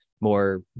more